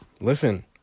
listen